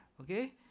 Okay